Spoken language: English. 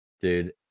Dude